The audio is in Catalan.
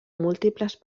múltiples